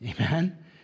amen